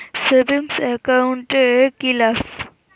Savings account এর কি লাভ?